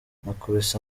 nakubise